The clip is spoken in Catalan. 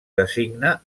designa